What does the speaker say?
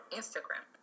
instagram